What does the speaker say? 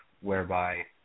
whereby